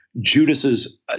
Judas's